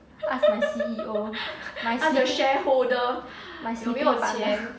ask my C_E_O my C E my C_E_O father